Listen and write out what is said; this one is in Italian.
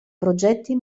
progetti